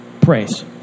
praise